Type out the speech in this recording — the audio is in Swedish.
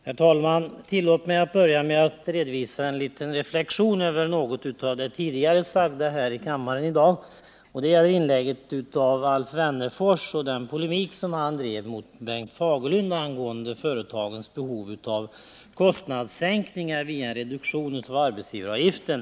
Herr talman! Tillåt mig att börja med att redovisa en liten reflexion beträffande något av det tidigare sagda här i kammaren i dag. Det gäller Alf Wennerfors inlägg och den polemik som han drev mot Bengt Fagerlund angående företagens behov av kostnadssänkningar via en reduktion av arbetsgivaravgiften.